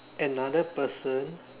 another person